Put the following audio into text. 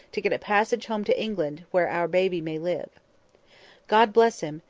to get a passage home to england, where our baby may live god bless him!